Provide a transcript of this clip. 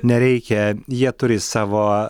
nereikia jie turi savo